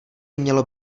mělo